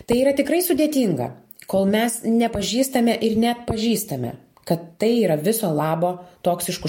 tai yra tikrai sudėtinga kol mes nepažįstame ir neatpažįstame kad tai yra viso labo toksiškų